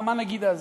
מה, מה נגיד אז?